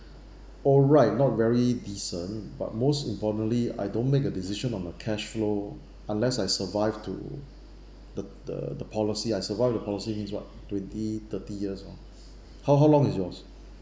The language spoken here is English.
all right not very decent but most importantly I don't make a decision of my cash flow unless I survive to the the the policy I survive the policy means what twenty thirty years lah how how long is yours